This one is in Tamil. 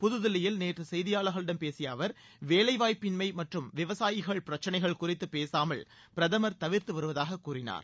புத்தில்லியில் நேற்று செய்தியாளர்களிடம் பேசிய அவர் வேலைவாய்ப்பின்மை மற்றும் விவசாயிகள் பிரச்சினைகள் குறித்து பேசாமல் பிரதமர் தவிர்த்து வருவதாகக் கூறினார்